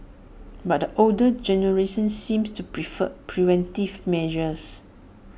but the older generation seems to prefer preventive measures